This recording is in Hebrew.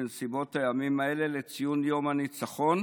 בנסיבות הימים האלה, לציון יום הניצחון,